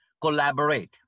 collaborate